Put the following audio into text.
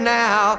now